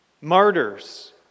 martyrs